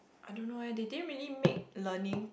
I don't know eh they didn't really make learning